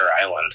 Island